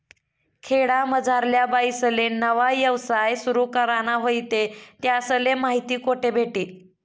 खेडामझारल्या बाईसले नवा यवसाय सुरु कराना व्हयी ते त्यासले माहिती कोठे भेटी?